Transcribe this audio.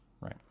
right